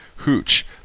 Hooch